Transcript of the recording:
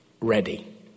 ready